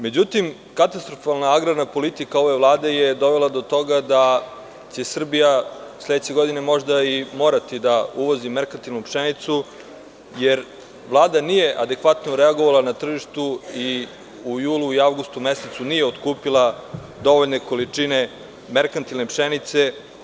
Međutim, katastrofalna agrarna politika ove Vlade je dovela do toga da će Srbija sledeće godine možda i morati da uvozi merkantilnu pšenicu, jer Vlada nije adekvatno reagovala na tržištu i u julu i avgustu mesecu nije otkupila dovoljne količine merkantilne pšenice.